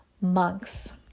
monks